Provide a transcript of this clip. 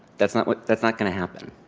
that's not what that's not going to happen.